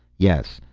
yes,